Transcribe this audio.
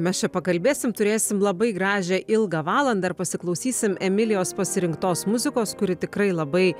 mes čia pakalbėsim turėsim labai gražią ilgą valandą ir pasiklausysim emilijos pasirinktos muzikos kuri tikrai labai